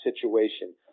situation